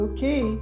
Okay